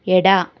ಎಡ